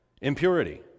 impurity